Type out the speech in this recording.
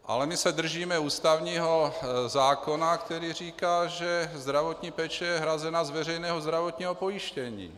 Ale my se držíme ústavního zákona, který říká, že zdravotní péče je hrazena z veřejného zdravotního pojištění.